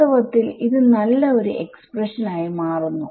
വാസ്ഥവത്തിൽ നല്ല ഒരു എക്സ്പ്രഷൻ ആയി മാറുന്നു